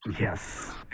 yes